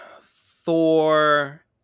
Thor